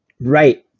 Right